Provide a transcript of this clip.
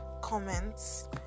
comments